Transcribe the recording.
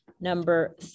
number